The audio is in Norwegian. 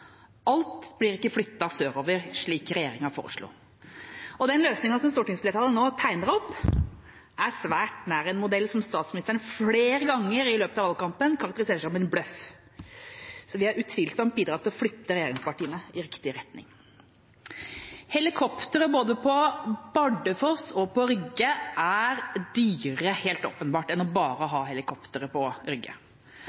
Alt blir ikke flyttet sørover, slik regjeringa foreslo. Den løsningen som stortingsflertallet nå tegner opp, er svært nær en modell som statsministeren flere ganger i løpet av valgkampen karakteriserte som en bløff. Så vi har utvilsomt bidratt til å flytte regjeringspartiene i riktig retning. Helikoptre både på Bardufoss og på Rygge er dyrere – helt åpenbart – enn bare å